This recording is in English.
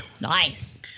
Nice